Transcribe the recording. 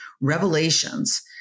revelations